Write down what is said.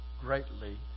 greatly